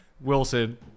Wilson